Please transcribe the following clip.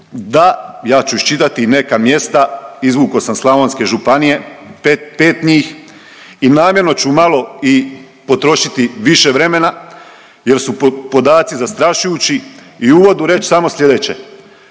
da ja ću iščitati i neka mjesta, izvukao sam slavonske županije, 5 njih i namjerno ću malo i potrošiti više vremena jer su podaci zastrašujući i u uvodu reć samo slijedeće.